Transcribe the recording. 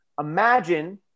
imagine